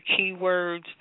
keywords